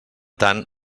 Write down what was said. tant